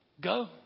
go